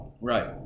Right